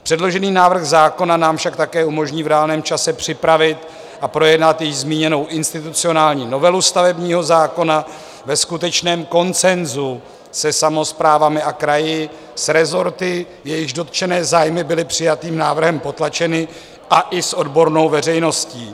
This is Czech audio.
Předložený návrh zákona nám však také umožní v reálném čase připravit a projednat již zmíněnou institucionální novelu stavebního zákona ve skutečném konsenzu se samosprávami a kraji, s rezorty, jejichž dotčené zájmy byly přijatým návrhem potlačeny a i s odbornou veřejností.